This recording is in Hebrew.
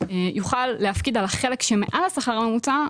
יוכל להפקיד על החלק שמעל השכר הממוצע.